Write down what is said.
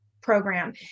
program